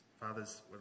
father's